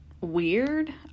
weird